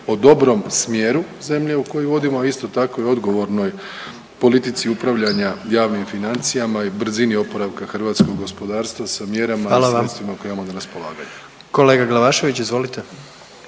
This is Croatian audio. o dobrom smjeru zemlje koju vodimo, a isto tako i odgovornoj politici upravljanja javnim financijama i brzini oporavka hrvatskog gospodarstva sa mjerama i sredstvima koja imamo na raspolaganju. **Jandroković, Gordan